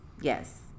Yes